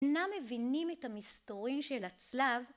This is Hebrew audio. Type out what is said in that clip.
אינם מבינים את המסתורין של הצלב